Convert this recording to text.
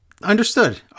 Understood